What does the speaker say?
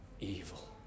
evil